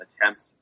attempt